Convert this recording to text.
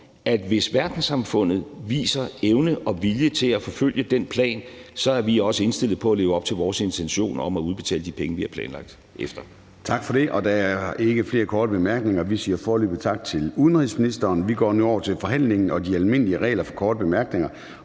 at hvis verdenssamfundet viser evne og vilje til at forfølge den plan, så er vi også indstillet på at leve op til vores intention om at udbetale de penge, vi har planlagt. Kl. 13:28 Formanden (Søren Gade): Tak for det. Der er ikke flere korte bemærkninger. Vi siger foreløbig tak til udenrigsministeren. Vi går nu over til forhandlingen og de almindelige regler for korte bemærkninger.